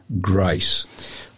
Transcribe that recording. grace